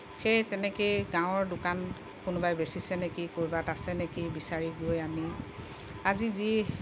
সেই তেনেকেই গাঁৱৰ দোকান কোনোবাই বেচিছে নেকি ক'ৰবাত আছে নেকি বিচাৰি গৈ আনি আজি যি